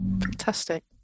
Fantastic